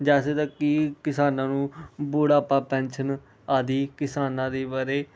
ਜੈਸੇ ਤਾਂ ਕਿ ਕਿਸਾਨਾਂ ਨੂੰ ਬੁਢਾਪਾ ਪੈਨਸ਼ਨ ਆਦਿ ਕਿਸਾਨਾਂ ਦੇ ਬਾਰੇ